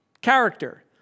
character